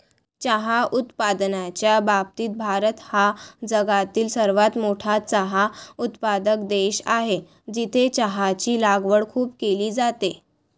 चहा उत्पादनाच्या बाबतीत भारत हा जगातील सर्वात मोठा चहा उत्पादक देश आहे, जिथे चहाची लागवड खूप केली जाते